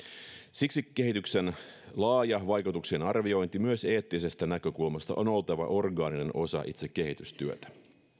siksi laajan kehityksen vaikutuksien arvioinnin myös eettisestä näkökulmasta on oltava orgaaninen osa itse kehitystyötä